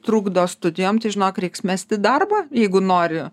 trukdo studijom tai žinok reiks mesti darbą jeigu nori